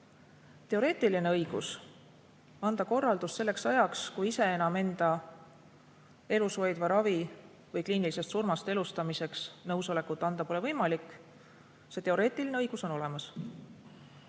Teoreetiline õigus anda korraldus selleks ajaks, kui ise enam enda elus hoidvaks raviks või kliinilisest surmast elustamiseks nõusolekut anda pole võimalik. See teoreetiline õigus on olemas,